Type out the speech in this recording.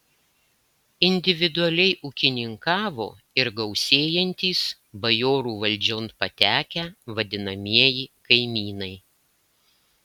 individualiai ūkininkavo ir gausėjantys bajorų valdžion patekę vadinamieji kaimynai